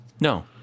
no